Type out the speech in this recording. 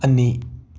ꯑꯅꯤ